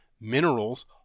minerals